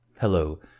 Hello